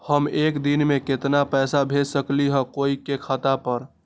हम एक दिन में केतना पैसा भेज सकली ह कोई के खाता पर?